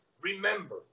remember